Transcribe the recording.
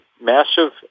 massive